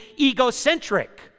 egocentric